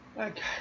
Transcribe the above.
okay